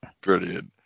brilliant